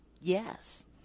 yes